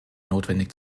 notwendig